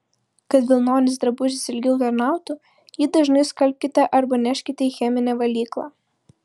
kad vilnonis drabužis ilgiau tarnautų jį dažnai skalbkite arba neškite į cheminę valyklą